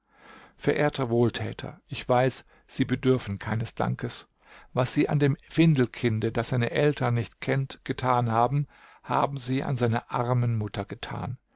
verehrter wohltäter ich weiß sie bedürfen keines dankes was sie an dem findelkinde das seine eltern nicht kennt getan haben haben sie an seiner armen mutter getan